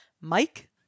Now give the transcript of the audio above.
Mike